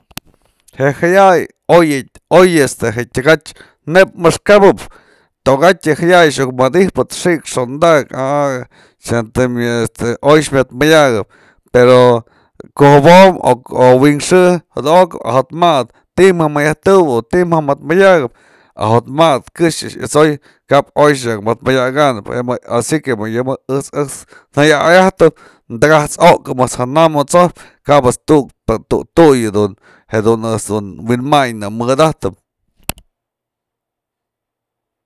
je jaya'ay oy, oyjë este tyakat's neyb maxkapëp, tokatyë je jaya'ay iukë mëdypëdxik xondak a xyantëm oy myad mëdyakëp pero ko'o jëbom o wi'in xë, jada'ok ajo'otmatë, ko'o ti'i më mëyëjtëwëb o ko'o ti'i mëmëtmëdyakëp ajo'otmatë këxë yat'soy kap oy nyaka mëd mëdyakëp ajo'otmatë këxë yat'sowëp, kap oy nyaka madmadyekänëp asi que ëjt's jaya'ay ajtëm takat's okëm janam jat'sopy kap ëjt's tuk tu'uyë dun jedun wi'inmaynë në mëdajtëm.